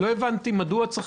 לא הבנתי מדוע צריך